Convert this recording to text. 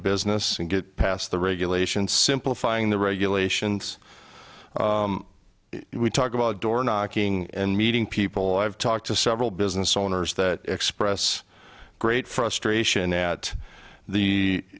business and get past the regulation simplifying the regulations we talk about door knocking and meeting people i've talked to several business owners that express great frustration at the